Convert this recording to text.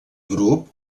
grup